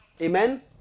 Amen